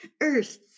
Earth